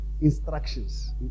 Instructions